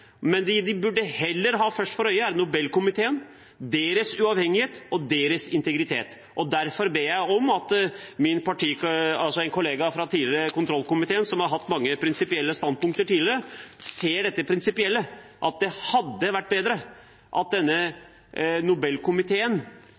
Nobelkomiteen, dens uavhengighet og dens integritet. Derfor ber jeg om at min tidligere kollega fra kontrollkomiteen, som har hatt mange prinsipielle standpunkter tidligere, ser det prinsipielle – at det hadde vært bedre at